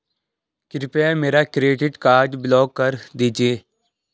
कृपया मेरा credit card block कर दीजिए